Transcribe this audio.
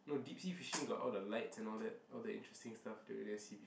no deep sea fishing got all the lights and all that all the interesting stuff that we never see before